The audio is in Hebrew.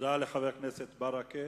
תודה לחבר הכנסת ברכה.